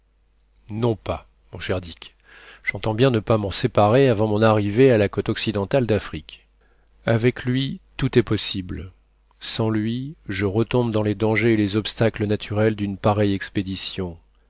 non pas mon cher dick j'entends bien ne pas m'en séparer avant mon arrivée à la côte occidentale d'afrique avec lui tout est possible sans lui je retombe dans les dangers et les obstacles naturels d'une pareille expédition